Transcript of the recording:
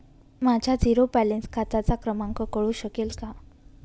माझ्या zero balance खात्याचा क्रमांक कळू शकेल का?